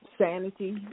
sanity